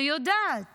שיודעת